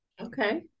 Okay